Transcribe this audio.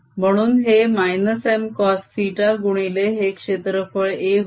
म्हणून हे -Mcosθ गुणिले हे क्षेत्रफळ a होय